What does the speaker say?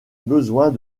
besoins